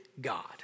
God